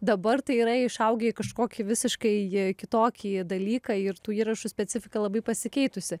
dabar tai yra išaugę į kažkokį visiškai kitokį dalyką ir tų įrašų specifika labai pasikeitusi